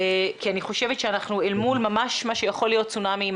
כי אני חושבת שאנחנו אל מול ממש מה שיכול להיות צונאמי אם